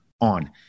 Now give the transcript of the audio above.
on